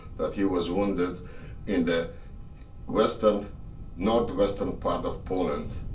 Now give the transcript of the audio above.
that he was wounded in the northwestern northwestern part of poland.